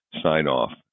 sign-off